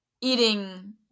eating